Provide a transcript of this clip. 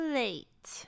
late